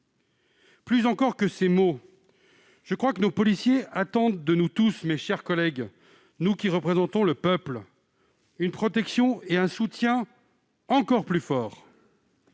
Plus encore que ces mots, je crois que les policiers attendent de nous tous, mes chers collègues, nous qui représentons le peuple, une protection et un soutien encore plus forts.